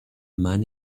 man